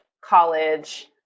college